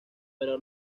pero